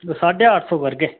कोई साड्ढे अट्ठ सौ करगे